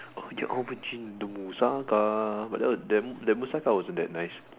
oh you over drink the musaka but that that musaka wasn't that nice